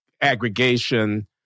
aggregation